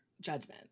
Judgment